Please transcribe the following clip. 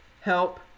help